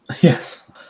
Yes